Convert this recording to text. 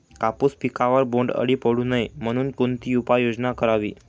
कापूस पिकावर बोंडअळी पडू नये म्हणून कोणती उपाययोजना करावी?